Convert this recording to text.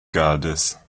gadas